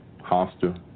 hostile